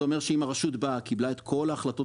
זה אומר שאם הרשות באה וקיבלה את כל ההחלטות